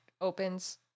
opens